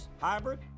hybrid